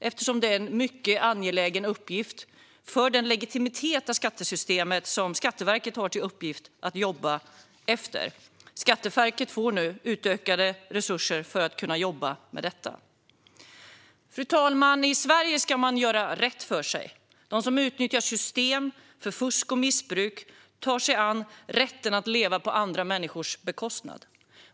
Det är en mycket angelägen uppgift för den legitimitet för skattesystemet som Skatteverket har till uppgift att jobba efter. Skatteverket får nu utökade resurser för att kunna jobba med detta. Fru talman! I Sverige ska man göra rätt för sig. De som utnyttjar system för fusk och missbruk tar sig rätten att leva på andra människors bekostnad.